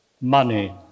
money